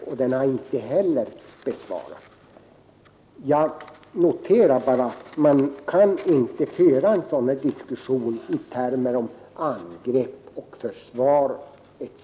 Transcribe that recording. Den frågan har inte heller besvarats. Jag noterar bara att man inte kan föra en sådan här diskussion i termer om angrepp och försvar etc.